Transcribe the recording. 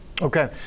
Okay